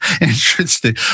interesting